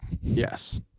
Yes